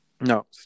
No